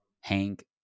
Hank